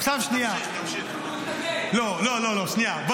לא, שנייה.